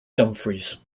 dumfries